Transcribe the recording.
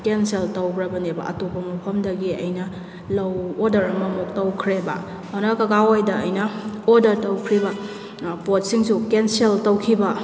cancel ꯇꯧꯈ꯭ꯔꯕꯅꯦꯕ ꯑꯇꯣꯞꯄ ꯃꯐꯝꯗꯒꯤ ꯑꯩꯅ ꯑꯣꯗꯔ ꯑꯃꯃꯨꯛ ꯇꯧꯈ꯭ꯔꯦꯕ ꯑꯗꯨꯅ ꯀꯀꯥ ꯍꯣꯏꯗ ꯑꯩꯅ ꯑꯣꯔꯗꯔ ꯇꯧꯈ꯭ꯔꯤꯕ ꯄꯣꯠꯁꯤꯡꯁꯨ ꯀꯦꯟꯁꯦꯜ ꯇꯧꯈꯤꯕ